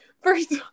First